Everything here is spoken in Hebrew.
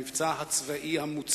הצעה לסדר-היום מס'